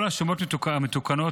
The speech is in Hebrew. כל השומות המתוקנות,